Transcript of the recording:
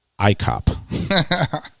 ICOP